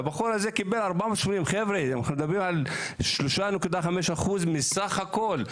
והבחור הזה קיבל 480. חבר'ה אנחנו מדברים על 3.5% מסך הכול.